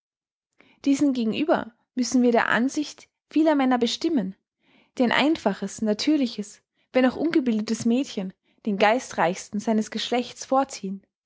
diesen gegenüber müssen wir der ansicht vieler männer beistimmen die ein einfaches natürliches wenn auch ungebildetes mädchen den geistreichsten seines geschlechts vorziehen